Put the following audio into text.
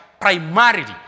primarily